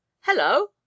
hello